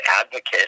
advocate